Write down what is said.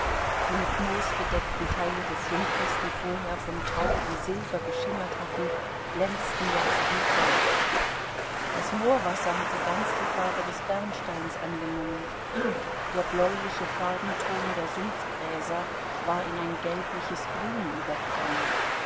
die mit moos bedeckten teile des sumpfes die vorher vom tau wie silber geschimmert hatten glänzten jetzt wie gold das moorwasser hatte ganz die farbe des bernsteins angenommen der bläuliche farbenton der sumpfgräser war in ein gelbliches grün übergegangen